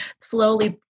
slowly